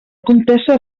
comtessa